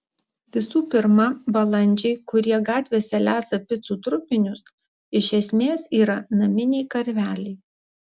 visų pirma balandžiai kurie gatvėse lesa picų trupinius iš esmės yra naminiai karveliai